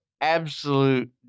absolute